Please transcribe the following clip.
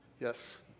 Yes